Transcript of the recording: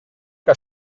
que